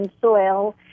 soil